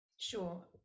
Sure